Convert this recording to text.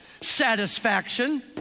satisfaction